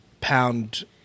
pound